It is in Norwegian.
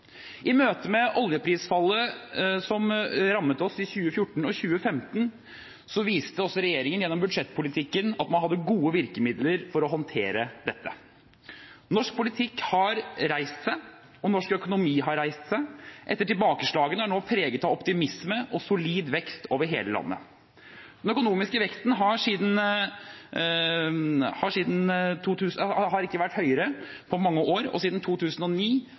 I møte med oljeprisfallet som rammet oss i 2014 og 2015, viste regjeringen gjennom budsjettpolitikken at man hadde gode virkemidler for å håndtere dette. Norsk politikk har reist seg, og norsk økonomi har reist seg, som etter tilbakeslagene nå er preget av optimisme og solid vekst over hele landet. Den økonomiske veksten har ikke vært høyere på mange år, og siden 2009